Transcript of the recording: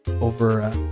over